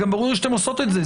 גם ברור לי שאתן עושות את זה,